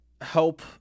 help